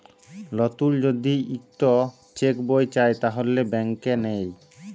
লতুল যদি ইকট চ্যাক বই চায় তাহলে ব্যাংকে লেই